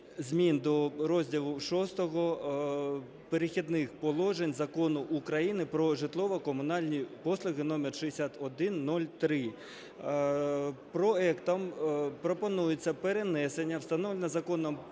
змін до розділу VI "Перехідних положень" Закону України "Про житлово-комунальні послуги" (№ 6103). Проектом пропонується перенесення встановленого законом